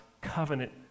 covenant